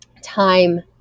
time